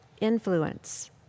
influence